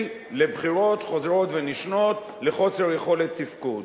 לבחירות חוזרות ונשנות ולחוסר יכולת תפקוד.